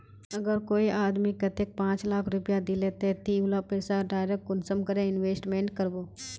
अगर कोई आदमी कतेक पाँच लाख रुपया दिले ते ती उला पैसा डायरक कुंसम करे इन्वेस्टमेंट करबो?